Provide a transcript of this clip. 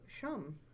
Shum